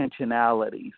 intentionalities